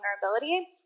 vulnerability